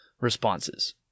responses